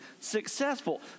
successful